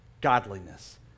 godliness